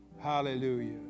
Hallelujah